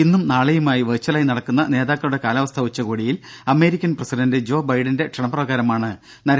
ഇന്നും നാളെയുമായി വെർച്വലായി നടക്കുന്ന നേതാക്കളുടെ കാലാവസ്ഥാ ഉച്ചകോടിയിൽ അമേരിക്കൻ പ്രസിഡന്റ് ജോ ബൈഡന്റെ ക്ഷണപ്രകാരമാണ് നരേന്ദ്രമോദി പങ്കെടുക്കുന്നത്